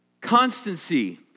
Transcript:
constancy